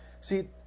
See